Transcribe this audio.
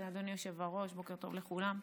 אדוני היושב-ראש, בוקר טוב לכולם.